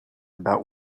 about